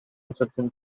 instructions